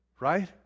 right